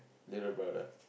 little brother